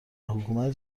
حکومت